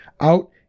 out